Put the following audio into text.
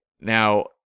Now